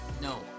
No